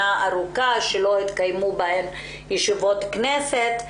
שנה ארוכה שלא התקיימו בה ישיבות של הכנסת,